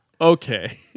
okay